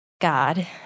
God